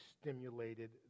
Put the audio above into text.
stimulated